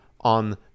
on